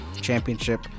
championship